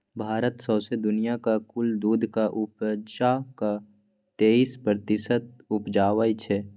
भारत सौंसे दुनियाँक कुल दुधक उपजाक तेइस प्रतिशत उपजाबै छै